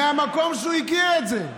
מהמקום שהוא הכיר את זה,